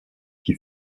qui